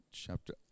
Chapter